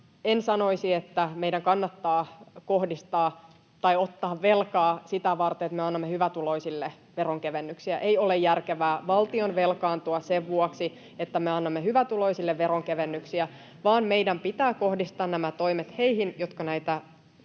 En sanoisi, että meidän kannattaa ottaa velkaa sitä varten, että me annamme hyvätuloisille veronkevennyksiä. Ei ole järkevää valtion velkaantua sen vuoksi, että me annamme hyvätuloisille veronkevennyksiä, vaan meidän pitää kohdistaa nämä toimet heihin, jotka näitä